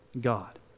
God